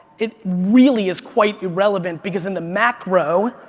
it really is quite irrelevant because in the macro,